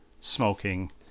smoking